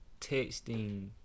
texting